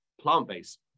plant-based